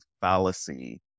fallacy